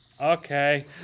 okay